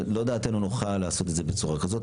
לא דעתנו נוחה לעשות את זה בצורה כזאת.